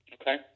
Okay